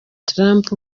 trump